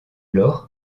loch